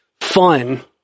fun